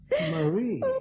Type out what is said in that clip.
Marie